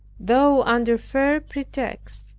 though under fair pretexts,